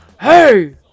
Hey